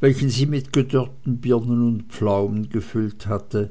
welchen sie mit gedörrten birnen und pflaumen gefüllt hatte